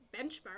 benchmark